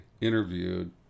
interviewed